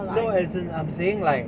no as in I'm saying like